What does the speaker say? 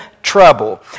Trouble